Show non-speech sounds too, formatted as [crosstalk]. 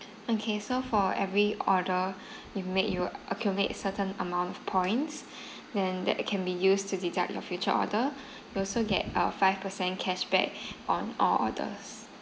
okay so for every order you've made you accumulate certain amount of points [breath] then that can be used to deduct your future order you'll also get a five percent cashback on all orders